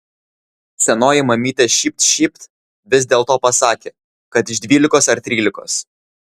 senoji mamytė šypt šypt vis dėlto pasakė kad iš dvylikos ar trylikos